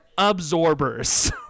Absorbers